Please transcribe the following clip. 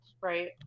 right